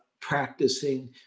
practicing